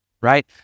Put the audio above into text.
right